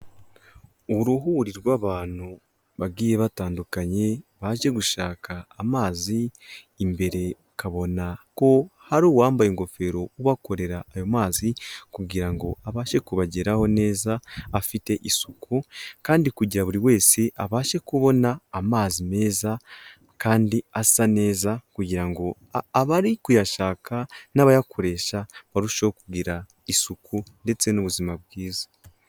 Uruhuri rw'abantu bagiye batandukanye bajye gushaka amazi, imbere ukabona ko hari uwambaye ingofero ubakorera ayo mazi kugira ngo abashe kubageraho neza afite isuku kandi kujya buri wese abashe kubona amazi meza kandi asa neza kugira ngo abari kuyashaka n'abayakoresha barusheho kugira isuku ndetse n'ubuzima bwiza.